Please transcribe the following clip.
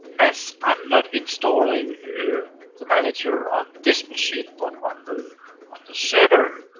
as i am not installing the manager on this machine but on the on the server